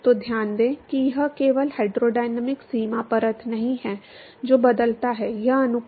तो ध्यान दें कि यह केवल हाइड्रोडायनामिक सीमा परत नहीं है जो बदलता है यह अनुपात है